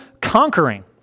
conquering